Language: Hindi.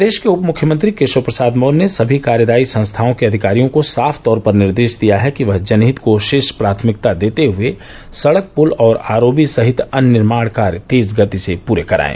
प्रदेश के उप मुख्यमंत्री केशव प्रसाद मौर्य ने सभी कार्यदायी संस्थाओं के अधिकारियों को साफ तौर पर निर्देश दिया है कि वह जनहित को शीर्ष प्राथमिकता देते हए सड़क प्ल और आरओबी सहित अन्य निर्माण कार्य तेज़ गति से पूरे कराये